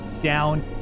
down